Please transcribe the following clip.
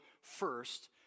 first